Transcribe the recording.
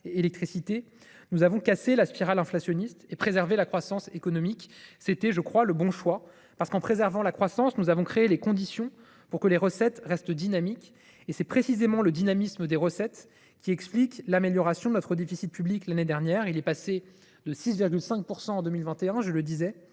et électricité, nous avons cassé la spirale inflationniste et préservé la croissance économique. C’était, je crois, le bon choix. En effet, en préservant la croissance, nous avons créé les conditions pour que les recettes restent dynamiques. Et c’est précisément le dynamisme des recettes qui explique l’amélioration de notre déficit public l’année dernière : il est passé de 6,5 % en 2021 à 4,7